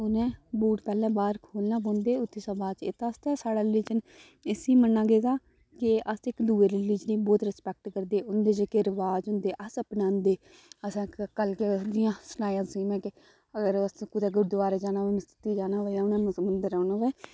ते उ'नें बूट पैह्लें बाह्र खोह्ल्लने पौंदे समाज च इत्त आस्तै साढ़ा रलीजन इस्सी मन्ना गेदा कि अस इक्क दूऐ रलीजन गी बहोत रिस्पैक्ट करदे उं'दे जेह्के रवाज़ होंदे अस अपनांदे असें कल्ल गी जि'यां कि में सनाया तुसेंगी कि गुरूदोआरै जाना होऐ मसीती जाना होऐ जां उ'नें मंदर जाना होऐ